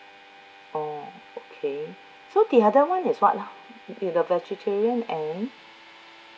oh okay so the other one is what lah with the vegetarian and